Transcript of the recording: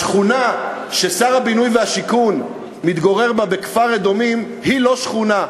השכונה ששר הבינוי והשיכון מתגורר בה בכפר-אדומים היא לא שכונה.